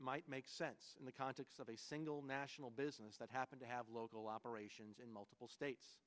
might make sense in the context of a single national business that happen to have local operations in multiple states